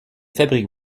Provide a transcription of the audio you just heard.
fabrique